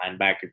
linebacker